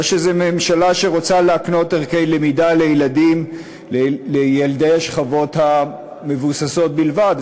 או שזו ממשלה שרוצה להקנות הרגלי למידה לילדי השכבות המבוססות בלבד,